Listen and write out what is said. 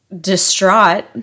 distraught